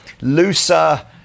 looser